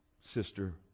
sister